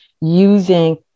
using